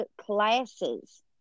classes